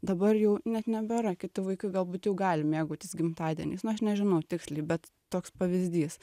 dabar jau net nebėra kiti vaikai galbūt jau gali mėgautis gimtadieniais nu aš nežinau tiksliai bet toks pavyzdys